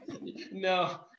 no